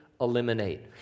eliminate